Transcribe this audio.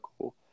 cool